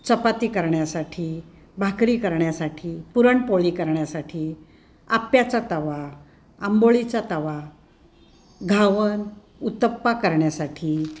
चपाती करण्यासाठी भाकरी करण्यासाठी पुरणपोळी करण्यासाठी आप्प्याचा तवा आंबोळीचा तवा घावन उत्तपा करण्यासाठी